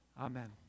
Amen